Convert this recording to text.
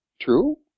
True